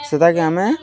ସେଟାକି ଆମେ